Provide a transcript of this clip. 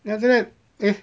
then after that eh